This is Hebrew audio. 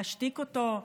להשתיק אותו,